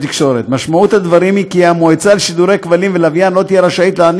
משמעות הדברים היא כי המועצה לשידורי כבלים ולוויין לא תהיה רשאית לתת